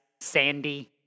sandy